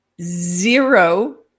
zero